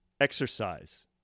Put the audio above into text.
Exercise